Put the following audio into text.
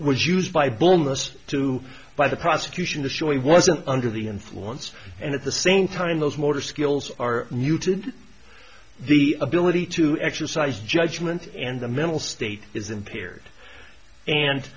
was used by bonus to by the prosecution the showing wasn't under the influence and at the same time those motor skills are muted the ability to exercise judgment and the mental state is impaired and